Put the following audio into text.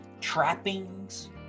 trappings